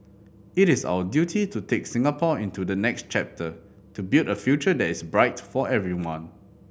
it is our duty to take Singapore into the next chapter to build a future that is bright for everyone